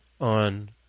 on